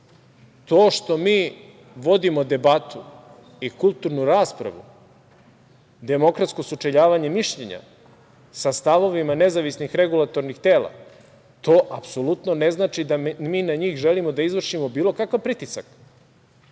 To što mi vodimo debatu i kulturnu raspravu, demokratsko sučeljavanje mišljenja sa stavovima nezavisnih regulatornih tela, to apsolutno ne znači da mi na njih želimo da izvršimo bilo kakav pritisak,